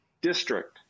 district